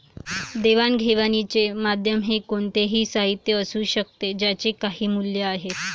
देवाणघेवाणीचे माध्यम हे कोणतेही साहित्य असू शकते ज्याचे काही मूल्य आहे